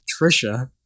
trisha